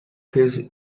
his